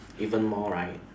even more right